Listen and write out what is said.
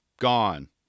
Gone